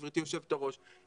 גברתי יושבת הראש,